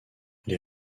les